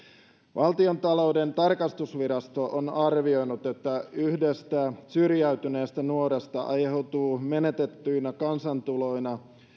valtiontalouden tarkastusvirasto on arvioinut että yhdestä syrjäytyneestä nuoresta aiheutuu menetettyinä kansantuloina